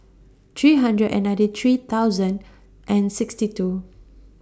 three hundred and ninety three thousand and sixty two